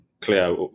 clear